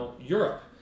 Europe